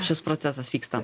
šis procesas vyksta